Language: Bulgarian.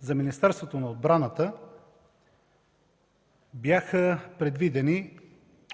за Министерството на отбраната бяха предвидени,